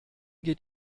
geht